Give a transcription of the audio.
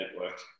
network